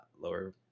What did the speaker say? lower